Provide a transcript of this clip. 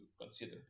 consider